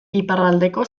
iparraldeko